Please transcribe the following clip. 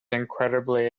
incredibly